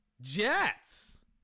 Jets